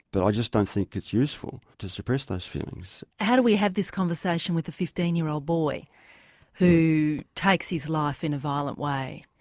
but i just don't think it's useful to suppress those feelings. how do we have this conversation with a fifteen year old boy who takes his life in a violent way,